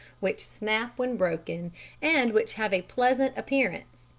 which snap when broken and which have a pleasant appearance.